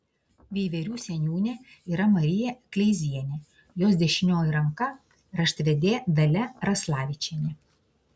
veiverių seniūnė yra marija kleizienė jos dešinioji ranka raštvedė dalia raslavičienė